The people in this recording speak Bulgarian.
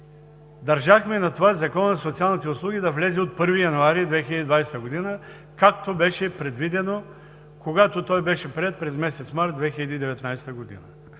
държахме на това Законът за социалните услуги да влезе от 1 януари 2020 г., както беше предвидено, когато той беше приет през месец март 2019 г.